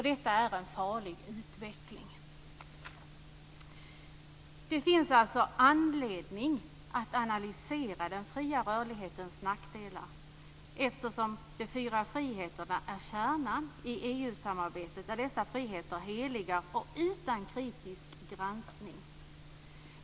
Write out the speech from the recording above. Detta är en farlig utveckling. Det finns alltså anledning att analysera den fria rörlighetens nackdelar. Eftersom de fyra friheterna är kärnan i EU-samarbetet är dessa friheter heliga och granskas inte kritiskt.